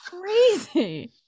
Crazy